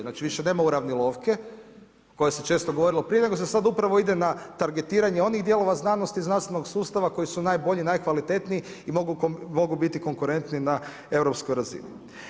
Znači možda nema uravnilovke, koja se često govorilo prije, nego se upravo ide na targitiranje onih dijelova znanosti, znanstvenog sustava, koji su najbolji, najkvalitetniji i mogu biti konkurenti na europskoj razini.